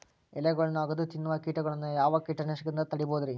ಎಲಿಗೊಳ್ನ ಅಗದು ತಿನ್ನೋ ಕೇಟಗೊಳ್ನ ಯಾವ ಕೇಟನಾಶಕದಿಂದ ತಡಿಬೋದ್ ರಿ?